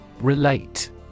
Relate